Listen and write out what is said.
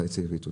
חצאי פיתות,